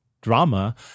drama